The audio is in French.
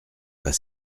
pas